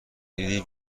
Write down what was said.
هدیه